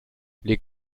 les